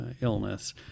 illness